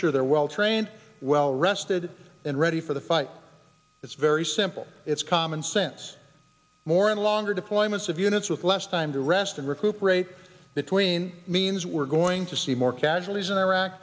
sure they're well trained well rested and ready for the fight it's very simple it's common sense more and longer deployments of units with less time to rest and recuperate between means we're going to see more casualties in iraq